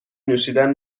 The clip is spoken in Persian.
نوشیدن